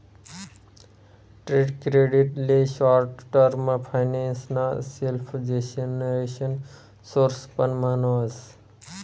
trade credit ले short term finance ना self generation source पण म्हणावस